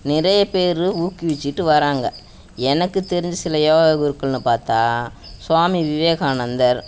நிறைய பேர் ஊக்குவிச்சுட்டு வராங்க எனக்குத் தெரிஞ்ச சில யோகா குருக்கள்னு பார்த்தா சுவாமி விவேகானந்தர்